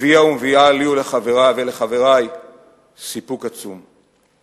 הביאה ומביאה לי ולחברי סיפוק עצום.